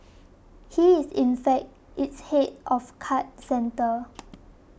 he is in fact its head of card centre